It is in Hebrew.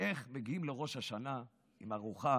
איך מגיעים לראש השנה עם ארוחה